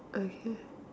again